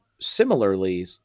similarly